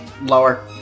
Lower